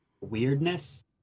weirdness